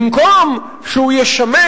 במקום שהוא ישמש